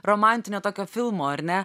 romantinio tokio filmo ar ne